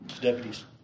deputies